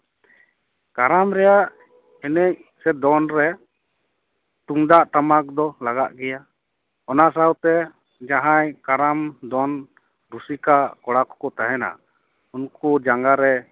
ᱠᱟᱨᱟᱢ ᱨᱮᱭᱟᱜ ᱮᱱᱮᱡ ᱥᱮ ᱫᱚᱱ ᱨᱮ ᱛᱩᱢᱫᱟᱜ ᱴᱟᱢᱟᱠ ᱫᱚ ᱞᱟᱜᱟᱜ ᱜᱮᱭᱟ ᱚᱱᱟ ᱥᱟᱶᱛᱮ ᱡᱟᱦᱟᱸᱭ ᱠᱟᱨᱟᱢ ᱫᱚᱱ ᱠᱚᱲᱟ ᱨᱩᱥᱤᱠᱟ ᱠᱚᱠᱚ ᱛᱟᱦᱮᱱᱟ ᱩᱱᱠᱩ ᱡᱟᱸᱜᱟᱨᱮ